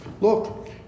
look